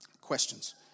Questions